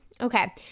okay